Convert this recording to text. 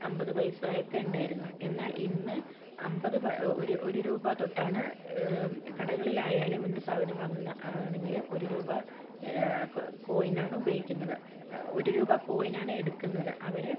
അൻപത് പൈസ ഒക്കെ ഉണ്ടായിരുന്നു എന്നാൽ ഇന്ന് അൻപത് ഒരു രൂപ തൊട്ട് ആണ് കടകളിൽ ആയാലും എന്ത് സാധനം വാങ്ങാൻ ആണെങ്കിലും ഒരു രൂപ കോയിൻ ആണ് ഉപയോഗിക്കുന്നത് ഒരു രൂപ കോയിൻ ആണ് എടുക്കുന്നത് അവർ